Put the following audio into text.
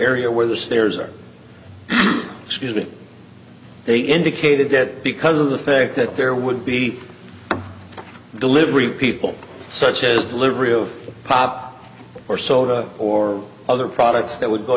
area where the stairs are should they indicated that because of the fact that there would be delivery people such as delivery of pop or soda or other products that would go